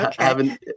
Okay